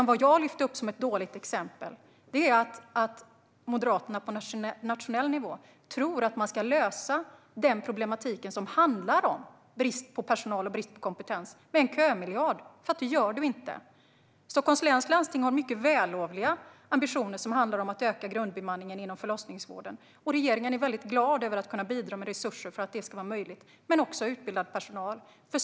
Vad jag lyfte upp som ett dåligt exempel är att Moderaterna på nationell nivå tror att man kan lösa den problematik som handlar om brist på personal och kompetens med en kömiljard. Det gör man inte. Stockholms läns landsting har mycket vällovliga ambitioner som handlar om att öka grundbemanningen inom förlossningsvården. Regeringen är glad över att kunna bidra med resurser för att det ska bli möjligt - och även utbildad personal.